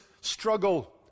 struggle